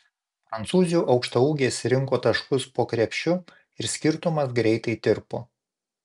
prancūzių aukštaūgės rinko taškus po krepšiu ir skirtumas greitai tirpo